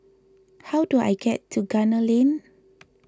how do I get to Gunner Lane